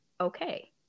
Okay